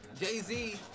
Jay-Z